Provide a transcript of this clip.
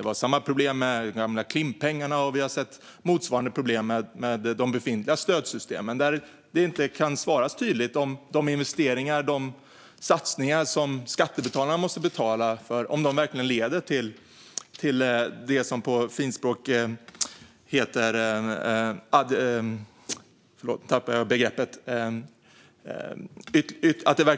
Det var samma problem med de gamla Klimppengarna, och vi har sett motsvarande problem med de befintliga stödsystemen. Det går inte att få tydliga svar på om de investeringar, satsningar, som skattebetalarna står för